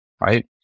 right